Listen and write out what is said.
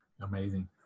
Amazing